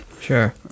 sure